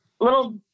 little